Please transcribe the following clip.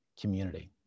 community